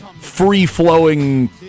free-flowing